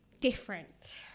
different